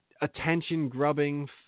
attention-grubbing